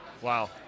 Wow